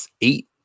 eight